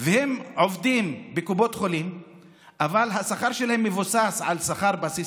הם עובדים בקופות חולים והשכר שלהם מבוסס של שכר בסיס,